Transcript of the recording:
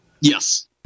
Yes